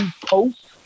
posts